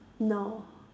no